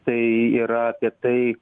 tai yra apie tai